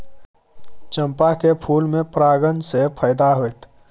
चंपा के फूल में परागण से फायदा होतय?